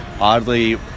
oddly